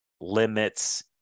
Limits